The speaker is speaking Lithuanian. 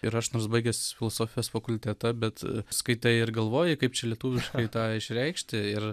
ir aš nors baigęs filosofijos fakultetą bet skaitai ir galvoji kaip čia lietuviškai tą išreikšti ir